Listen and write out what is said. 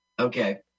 Okay